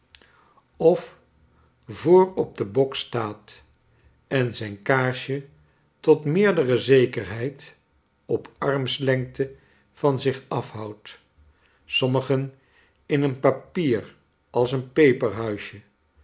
of voor op den bok staat en zijn kaarsje tot meerdere zekerheid op armslengte van zich af houdt sommigen in een papier als een